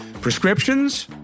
prescriptions